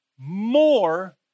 More